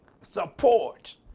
support